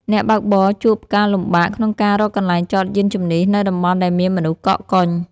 អ្នកបើកបរជួបការលំបាកក្នុងការរកកន្លែងចតយានជំនិះនៅតំបន់ដែលមានមនុស្សកកកុញ។